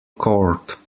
court